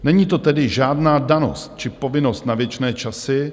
Není to tedy žádná danost či povinnost na věčné časy.